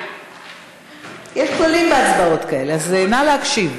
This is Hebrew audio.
יש כללים בהצבעות כאלה, נא להקשיב.